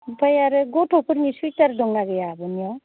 ओमफ्राय आरो गथ'फोरनि सुवेटार दंना गैया आब'नियाव